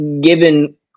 given